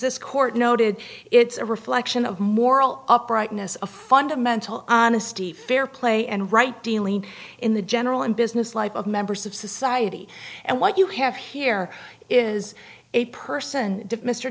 this court noted it's a reflection of moral uprightness a fundamental honesty fair play and right dealing in the general and business life of members of society and what you have here is a person